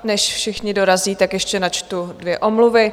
Než všichni dorazí, ještě načtu dvě omluvy.